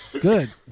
Good